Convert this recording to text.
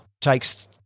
takes